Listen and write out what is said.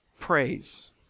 praise